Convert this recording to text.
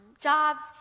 jobs